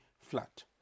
flat